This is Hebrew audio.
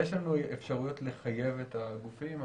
יש לנו אפשרויות לחייב את הגופים,